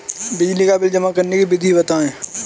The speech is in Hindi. बिजली का बिल जमा करने की विधि बताइए?